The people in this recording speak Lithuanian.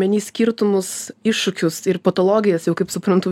omeny skirtumus iššūkius ir patologijas jau kaip suprantu